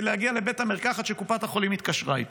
להגיע לבית המרקחת שקופת החולים התקשרה איתו?